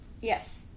Yes